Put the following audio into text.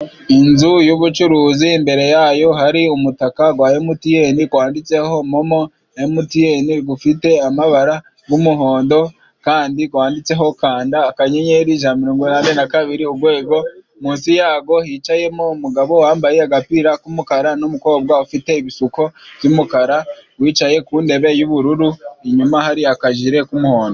Inzu y'ubucuruzi imbere yayo hari umutaka gwa Emutiyeni, gwanditseho momo, na Emutiyeni gufite amabara gw'umuhondo, kandi gwanditseho kanda akanyenyeri Ijana na mirongo inane na kabiri, munsi yaho hicayemo umugabo wambaye agapira k'umukara, n'umukobwa ufite ibisuko by'umukara, wicaye ku ntebe y'ubururu. Inyuma hari akajire k'umuhondo.